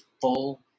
full